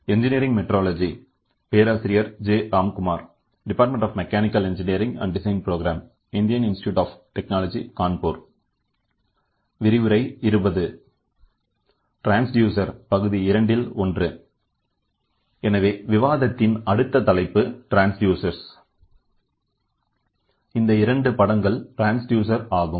transducer பகுதி 2 இல் 1 எனவே விவாதத்தின் அடுத்த தலைப்பு ட்ரான்ஸ்டியூசர் இந்த இரண்டு படங்கள் ட்ரான்ஸ்டியூசர் ஆகும்